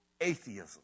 atheism